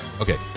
okay